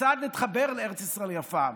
קצת להתחבר לארץ ישראל היפה.